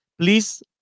Please